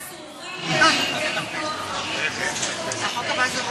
לא לתת למבוטחים להיות אסורים בידי קופות-החולים שקובעות